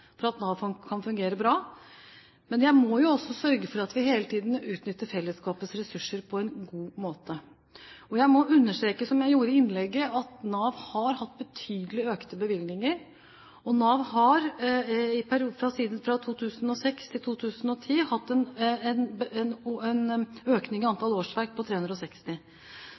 for at Nav kan fungere bra, men jeg må jo også sørge for at vi hele tiden utnytter fellesskapets ressurser på en god måte. Jeg må understreke – som jeg gjorde i innlegget – at Nav har fått betydelig økte bevilgninger. Nav har i perioden 2006–2010 hatt en økning i antall årsverk på 360.